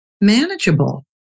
manageable